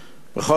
בכל אופן,